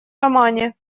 романе